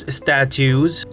statues